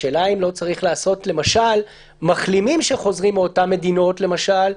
השאלה אם לא צריך לעשות שמחלימים שחוזרים מאותן מדינות למשל,